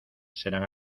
serán